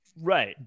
right